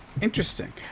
Interesting